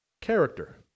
character